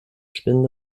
spende